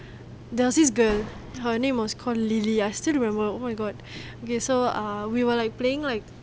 there was this girl her name was called lily I still remember oh my god guess okay so err we were like playing like